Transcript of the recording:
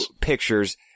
pictures